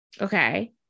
okay